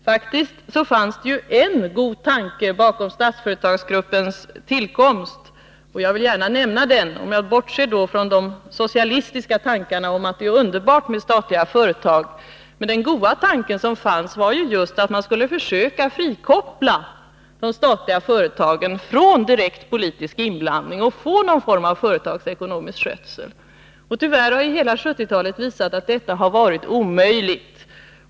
Men det fanns faktiskt en god tanke bakom Statsföretagsgruppens tillkomst — jag bortser från de socialistiska tankarna om att det är underbart med statliga företag — och jag vill gärna nämna den. Det var att man skulle försöka frikoppla de statliga företagen från direkt politisk inblandning, så att man fick någon form av företagsekonomisk skötsel. Men tyvärr har hela 1970-talet visat att detta har varit omöjligt.